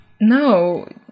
No